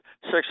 six